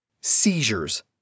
Seizures